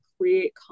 create